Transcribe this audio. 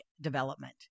development